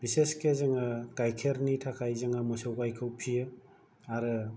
बिसेसके जोङो गायखेरनि थाखाय जोङो मोसौ गायखौ फियो आरो